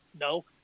No